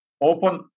Open